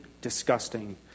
disgusting